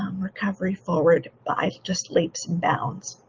um recovery forward by just leaps and bounds.